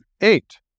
eight